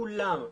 כולם,